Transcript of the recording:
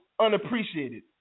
unappreciated